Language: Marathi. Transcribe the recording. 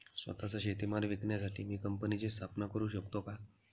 स्वत:चा शेतीमाल विकण्यासाठी मी कंपनीची स्थापना करु शकतो का?